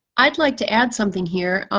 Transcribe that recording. i'd like to add something here.